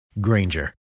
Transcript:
Granger